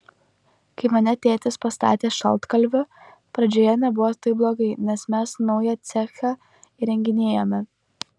kai mane tėtis pastatė šaltkalviu pradžioje nebuvo taip blogai nes mes naują cechą įrenginėjome